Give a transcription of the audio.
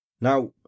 now